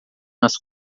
nas